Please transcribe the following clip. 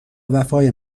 وفای